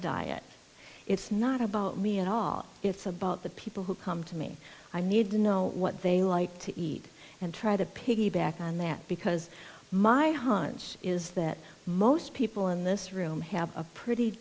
diet it's not about me at all it's about the people who come to me i need to know what they like to eat and try to piggyback on that because my hunch is that most people in this room have a pretty